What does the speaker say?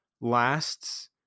lasts